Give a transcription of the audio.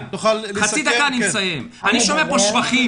אני שומע פה שבחים,